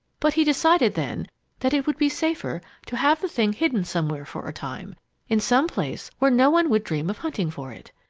but he decided then that it would be safer to have the thing hidden somewhere for a time in some place where no one would dream of hunting for it.